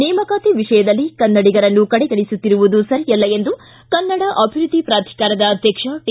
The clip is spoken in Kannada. ನೇಮಕಾತಿ ವಿಷಯದಲ್ಲಿ ಕನ್ನಡಿಗರನ್ನು ಕಡೆಗಣಿಸುತ್ತಿರುವುದು ಸರಿಯಲ್ಲ ಎಂದು ಕನ್ನಡ ಅಭಿವೃದ್ಧಿ ಪ್ರಾಧಿಕಾರದ ಅಧ್ಯಕ್ಷ ಟಿ